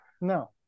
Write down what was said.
No